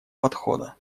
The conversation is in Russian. подхода